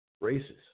races